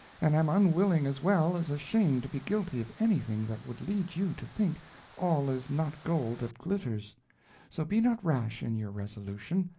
and am unwilling as well as ashamed to be guilty of anything that would lead you to think all is not gold that glitters so be not rash in your resolution.